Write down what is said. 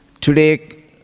today